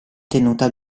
tenuta